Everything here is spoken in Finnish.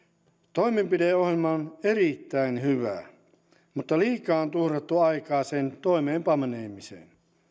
toimenpideohjelma on erittäin hyvä mutta liikaa on tuhrattu aikaa sen toimeenpanemiseen